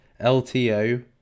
LTO